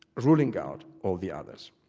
ruling out all the others.